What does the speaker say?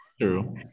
True